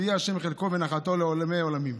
ויהיה ה' חלקו ונחלתו לעולם ולעולמי עולמים,